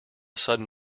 sudden